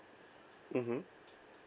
mmhmm